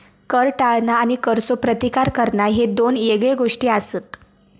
कर टाळणा आणि करचो प्रतिकार करणा ह्ये दोन येगळे गोष्टी आसत